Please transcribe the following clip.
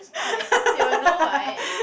it's not like they will know why